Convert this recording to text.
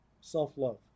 self-love